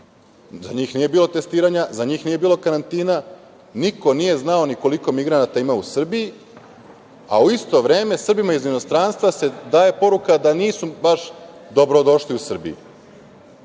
Za njih nije bilo testiranja, za njih nije bilo karantina. Niko nije znao ni koliko migranata ima u Srbiji, a u isto vreme Srbima iz inostranstva se daje poruka da nisu baš dobrodošli u Srbiji. Da